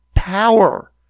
power